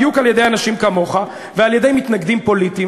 בדיוק על-ידי אנשים כמוך ועל-ידי מתנגדים פוליטיים,